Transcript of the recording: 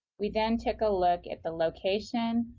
we then took a look at the location,